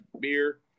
beer